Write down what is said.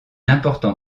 important